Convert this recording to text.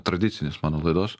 tradicinis mano laidos